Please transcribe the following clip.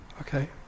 Okay